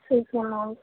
ٹھیک ہے میم